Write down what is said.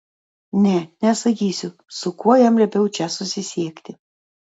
ne nesakysiu su kuo jam liepiau čia susisiekti